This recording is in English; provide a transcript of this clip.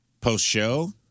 post-show